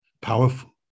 powerful